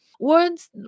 Words